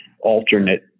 alternate